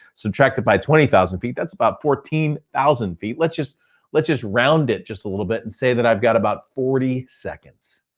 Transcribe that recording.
subtract it by twenty thousand feet, that's about fourteen thousand feet. let's just let's just round it just a little bit and say that i've got about forty seconds.